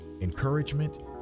encouragement